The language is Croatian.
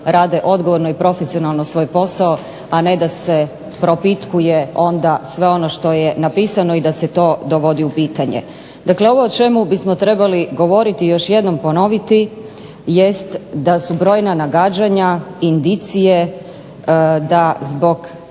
ovo o čemu bismo trebali govoriti i još jednom ponoviti jest da su brojna nagađanja, indicije da zbog jasnih